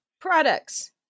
Products